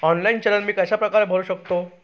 Online चलन मी कशाप्रकारे भरु शकतो?